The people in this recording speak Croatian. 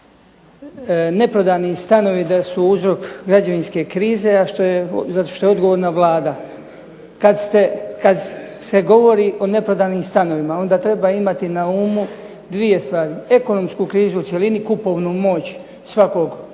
neprodani stanovi da su uzrok građevinske krize, a za što je odgovorna Vlada. Kad se govori o neprodanim stanovima onda treba imati na umu 2 stvari: ekonomsku krizu u cjelini i kupovnu moć svakog